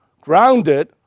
grounded